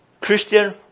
Christian